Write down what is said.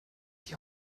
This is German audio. die